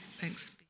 Thanks